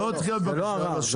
לא דחיית בקשה, בשצ"פ.